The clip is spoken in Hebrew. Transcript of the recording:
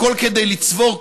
הכול כדי לצבור כוח,